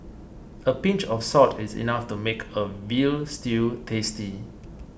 a pinch of salt is enough to make a Veal Stew tasty